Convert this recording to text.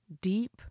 deep